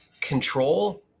Control